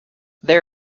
there